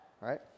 right